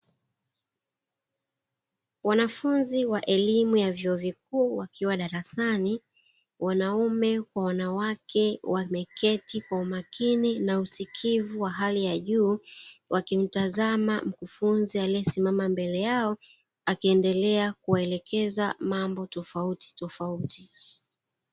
Wanafunzi wa elimu ya vyuo vikuu wakiwa darasani wanaume, kwa wanawake wameketi kwa umakini na usikivu wa hali ya juu, wakimtazama mkufunzi aliyesimama mbele yao, akiendelea kuwaelekeza mambo tofautitofauti.